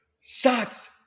Shots